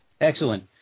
Excellent